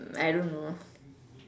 I don't know